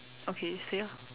okay say ah